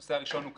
הנושא הראשון הוא,